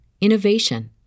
innovation